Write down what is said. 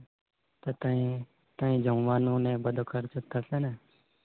પણ ત્યાં ત્યાં જમવાનું ને એ બધો ખર્ચો થશે ને